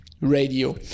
radio